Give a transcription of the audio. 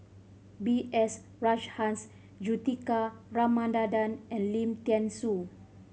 B S Rajhans Juthika Ramanathan and Lim Thean Soo